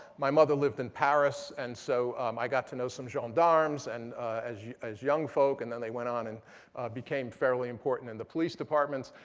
my mother lived in paris and so i got to know some gendarmes and as yeah as young folk and then they went on and became fairly important in the police departments.